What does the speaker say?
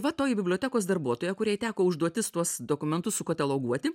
va toji bibliotekos darbuotoja kuriai teko užduotis tuos dokumentus sukataloguoti